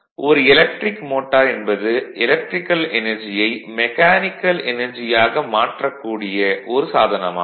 ஒரு electric motor என்பது electrical எனர்ஜியை மெக்கானிக்கல் எனர்ஜியாக மாற்றக் கூடிய ஒரு சாதனம் ஆகும்